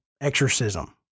exorcism